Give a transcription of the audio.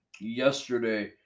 yesterday